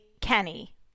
kenny